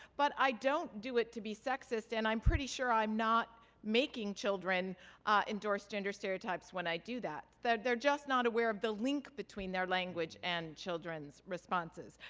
but i don't do it to be sexist and i'm pretty sure i'm not making children endorse gender stereotypes when i do that. they're just not aware of the link between their language and children's responses.